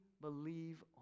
believe